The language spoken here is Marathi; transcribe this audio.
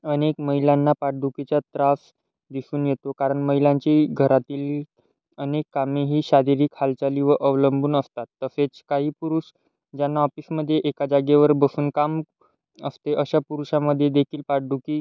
अनेक महिलांना पाठदुखीचा त्रास दिसून येतो कारण महिलांची घरातील अनेक कामे ही शारीरिक हालचालीवर अवलंबून असतात तसेच काही पुरुष ज्यांना ऑपिसमध्ये एका जागेवर बसून काम असते अशा पुरुषामध्ये देखील पाठदुखी